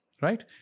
right